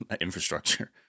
infrastructure